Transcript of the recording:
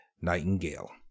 Nightingale